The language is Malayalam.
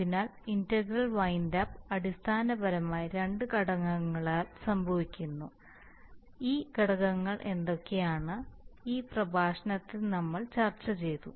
അതിനാൽ ഇന്റഗ്രൽ വിൻഡ് അപ്പ് അടിസ്ഥാനപരമായി രണ്ട് ഘടകങ്ങളാൽ സംഭവിക്കുന്നു അതിനാൽ ആ ഘടകങ്ങൾ എന്തൊക്കെയാണ് ഈ പ്രഭാഷണത്തിൽ നമ്മൾ ചർച്ചചെയ്തു